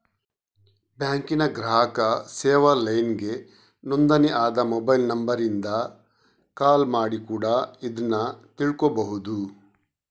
ಬ್ಯಾಂಕಿನ ಗ್ರಾಹಕ ಸೇವಾ ಲೈನ್ಗೆ ನೋಂದಣಿ ಆದ ಮೊಬೈಲ್ ನಂಬರಿಂದ ಕಾಲ್ ಮಾಡಿ ಕೂಡಾ ಇದ್ನ ತಿಳ್ಕೋಬಹುದು